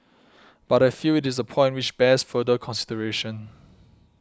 but I feel it is a point which bears further consideration